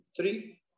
three